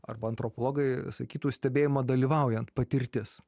arba antropologai sakytų stebėjimo dalyvaujant patirtis